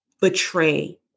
betray